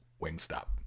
Wingstop